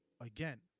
again